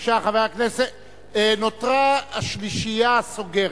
נותרה השלישייה הסוגרת,